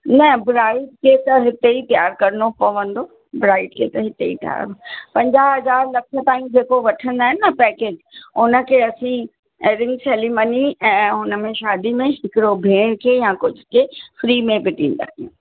न ब्राइड खे त हिते ई तयारु करिणो पवंदो ब्राइड खे त हिते ई तयारु पंजाह हज़ार लख ताईं जेको वठंदा आहिनि न पैकेज उन खे असीं रिंग सेरीमनी ऐं शादी में हिकिड़ो भेण खे या कुझु खे फ़्री में बि ॾींदा आहियूं